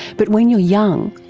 but when you're young,